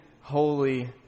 holy